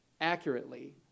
accurately